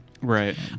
right